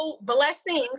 blessings